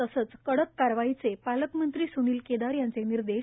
तसंच कडक कारवाईचे पालकमंत्री सुनील केदार यांचे निर्देश